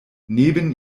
neben